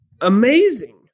amazing